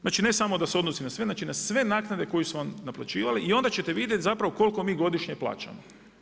Znači ne samo da se odnosi na sve, na sve naknade koji su oni naplaćivali i onda ćete vidjeti zapravo koliko mi godišnje plaćamo.